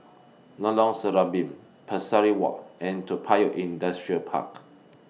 Lorong Serambi Pesari Walk and Toa Payoh Industrial Park